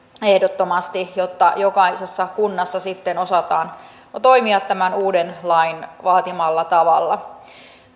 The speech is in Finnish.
ehdottomasti jotta jokaisessa kunnassa sitten osataan toimia tämän uuden lain vaatimalla tavalla